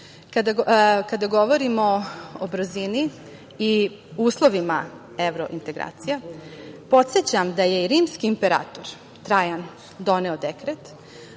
govorimo o brzini i uslovima evrointegracija, podsećam da je rimski imperator Trajan doneo Dekret